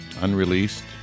unreleased